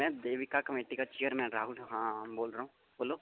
मे देविका कमेटी का चेयरमैन राहुल हां बोल रहा हूं बोल्लो